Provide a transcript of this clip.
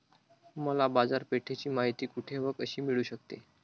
मला बाजारपेठेची माहिती कुठे व कशी मिळू शकते?